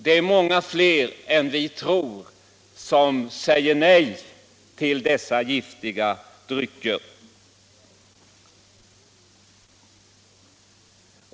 Det är många fler än vi tror som säger nej till dessa giftiga drycker.